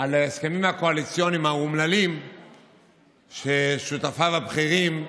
על ההסכמים הקואליציוניים האומללים ששותפיו הבכירים,